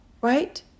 right